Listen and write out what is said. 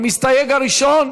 המסתייג הראשון,